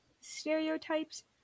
stereotypes